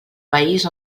país